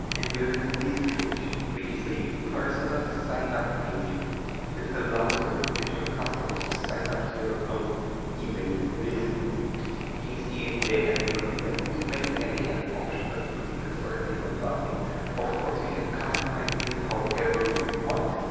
and we'll let this page which is a personal signup page that allows your potential customers to sign up to your own email list you can see they have to put in their email and they have optional to put in their first name and last name of course we can customize this however you want